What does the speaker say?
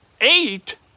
Eight